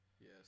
Yes